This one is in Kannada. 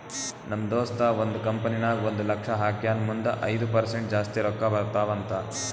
ನಮ್ ದೋಸ್ತ ಒಂದ್ ಕಂಪನಿ ನಾಗ್ ಒಂದ್ ಲಕ್ಷ ಹಾಕ್ಯಾನ್ ಮುಂದ್ ಐಯ್ದ ಪರ್ಸೆಂಟ್ ಜಾಸ್ತಿ ರೊಕ್ಕಾ ಬರ್ತಾವ ಅಂತ್